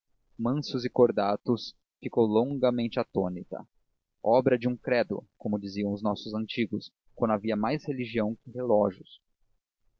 mansos e cordatos ficou longamente atônita obra de um credo como diziam os nossos antigos quando havia mais religião que relógios